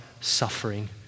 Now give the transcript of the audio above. suffering